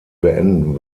beenden